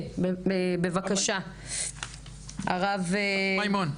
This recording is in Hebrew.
כן, בבקשה, הרב מימון.